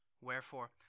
Wherefore